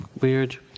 Weird